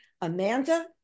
Amanda